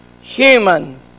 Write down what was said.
human